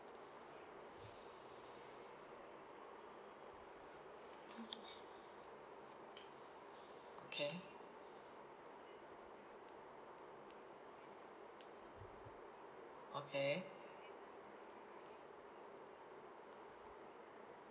okay okay